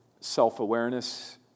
self-awareness